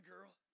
girl